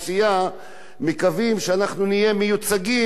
מקווים שאנחנו נהיה מיוצגים לפחות בצורה